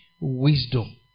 wisdom